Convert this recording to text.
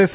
S